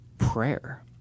prayer